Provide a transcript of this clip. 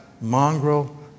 mongrel